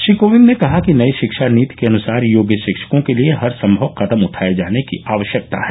श्री कोविंद ने कहा कि नई शिक्षा नीति के अनुसार योग्य शिक्षकों के लिए हर संभव कदम उठाए जाने की आवश्यकता है